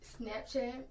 Snapchat